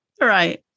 Right